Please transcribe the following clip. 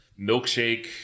milkshake